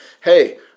hey